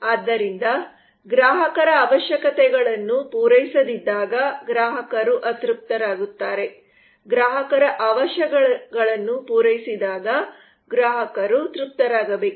ಆದ್ದರಿಂದ ಗ್ರಾಹಕರ ಅವಶ್ಯಕತೆಗಳನ್ನು ಪೂರೈಸದಿದ್ದಾಗ ಗ್ರಾಹಕರು ಅತೃಪ್ತರಾಗುತ್ತಾರೆ ಗ್ರಾಹಕರ ಅವಶ್ಯಕತೆಗಳನ್ನು ಪೂರೈಸಿದಾಗ ಗ್ರಾಹಕರು ತೃಪ್ತರಾಗಬೇಕು